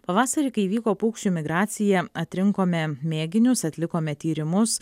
pavasarį kai vyko paukščių migracija atrinkome mėginius atlikome tyrimus